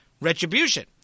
retribution